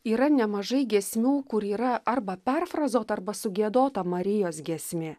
yra nemažai giesmių kur yra arba perfrazota arba sugiedota marijos giesmė